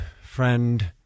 friend